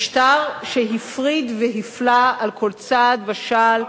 משטר שהפריד והפלה על כל צעד ושעל,